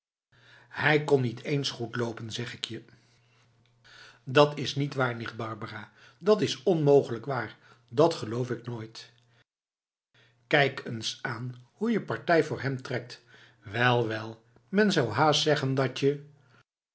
hij kon niet eens goed loopen zeg ik je dat's niet waar nicht barbara dat is onmogelijk waar dat geloof ik nooit kijk eens aan hoe je partij voor hem trekt wel wel men zou haast zeggen dat je